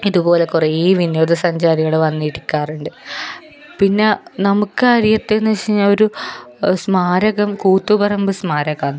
ഇതുപോലെ കുറേ വിനോദ സഞ്ചാരികൾ വന്നിരിക്കാറുണ്ട് പിന്നെ നമുക്ക് അരികത്തെന്ന് വച്ചു കഴിഞ്ഞാൽ ഒരു സ്മാരകം കൂത്തുപറമ്പ് സ്മാരകമാണ്